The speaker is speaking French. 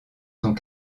sont